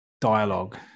dialogue